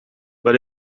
but